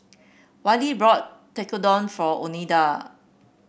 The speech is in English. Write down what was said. Wylie bought Tekkadon for Oneida